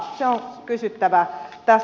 se on kysyttävä